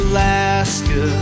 Alaska